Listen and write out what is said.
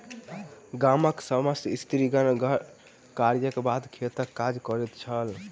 गामक समस्त स्त्रीगण घर कार्यक बाद खेतक काज करैत छल